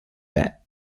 bat